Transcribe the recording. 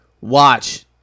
watch